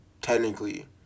technically